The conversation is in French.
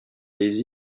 les